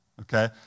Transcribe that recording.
okay